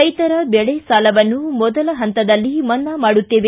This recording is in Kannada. ರೈತರ ಬೆಳೆ ಸಾಲವನ್ನು ಮೊದಲ ಪಂತದಲ್ಲಿ ಮನ್ನಾ ಮಾಡುತ್ತವೆ